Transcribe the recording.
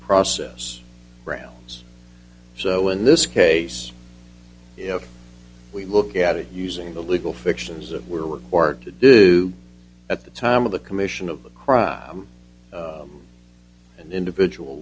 process grounds so in this case if we look at it using the legal fictions that were required to do at the time of the commission of the crime and the individual